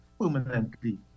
permanently